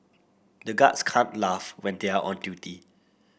the guards can't laugh when they are on duty